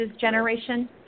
generation